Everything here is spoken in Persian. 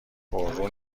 پررو